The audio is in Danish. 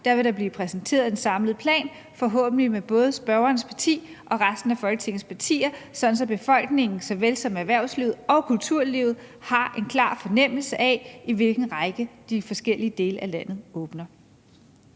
marts vil der blive præsenteret en samlet plan, forhåbentlig med både spørgerens parti og resten af Folketingets partier, sådan at befolkningen såvel som erhvervslivet og kulturlivet har en klar fornemmelse af, i hvilken rækkefølge de forskellige dele af landet åbner.